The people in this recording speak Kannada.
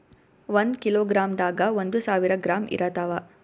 ಒಂದ್ ಕಿಲೋಗ್ರಾಂದಾಗ ಒಂದು ಸಾವಿರ ಗ್ರಾಂ ಇರತಾವ